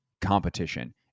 competition